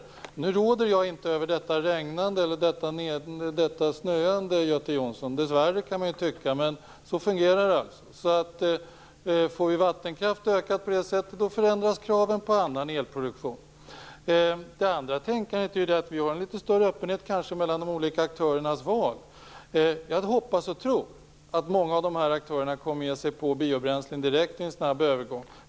Jag råder inte över regnandet och snöande - dessvärre, kan man tycka. Men så fungerar det. Får vi en ökad vattenkraft på det sättet förändras behoven av annan elproduktion. Vi har kanske också en större öppenhet inför aktörernas val. Jag hoppas och tror att många av aktörerna kommer att ge sig på biobränslen direkt vid en snabb övergång.